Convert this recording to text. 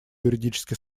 юридически